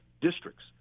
districts